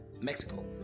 Mexico